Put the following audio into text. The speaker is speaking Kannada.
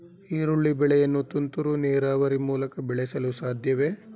ಈರುಳ್ಳಿ ಬೆಳೆಯನ್ನು ತುಂತುರು ನೀರಾವರಿ ಮೂಲಕ ಬೆಳೆಸಲು ಸಾಧ್ಯವೇ?